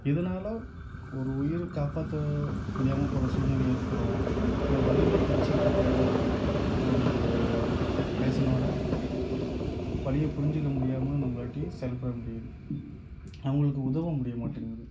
இதனால ஒரு உயிர் காப்பாற்ற முடியாமல் போகிற சூழ்நிலை ஏற்படும் இல்லை வலியில துடிச்சிக்கிட்டிருக்க ஒரு பேசண்ட்டோட வலியை புரிஞ்சிக்க முடியாமல் நம்மளாட்டி சரிபண்ண முடியுது அவங்களுக்கு உதவ முடிய மாட்டேங்குது